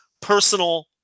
personal